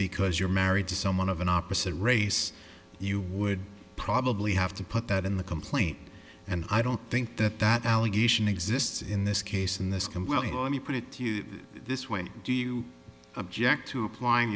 because you're married to someone of an opposite race you would probably have to put that in the complaint and i don't think that that allegation exists in this case in this compelling you put it this way do you object to applying